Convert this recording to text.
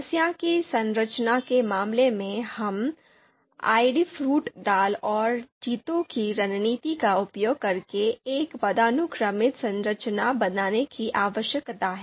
समस्या की संरचना के मामले में हमें ide फूट डालो और जीतो 'की रणनीति का उपयोग करके एक पदानुक्रमित संरचना बनाने की आवश्यकता है